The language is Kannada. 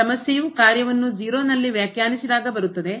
ಸಮಸ್ಯೆಯು ಕಾರ್ಯವನ್ನು 0 ನಲ್ಲಿ ವ್ಯಾಖ್ಯಾನಿಸಿದಾಗ ಬರುತ್ತದೆ